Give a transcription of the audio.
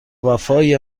وفای